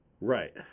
Right